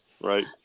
Right